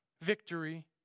victory